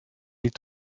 est